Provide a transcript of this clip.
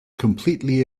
completely